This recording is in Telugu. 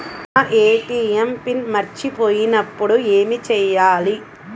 నా ఏ.టీ.ఎం పిన్ మర్చిపోయినప్పుడు ఏమి చేయాలి?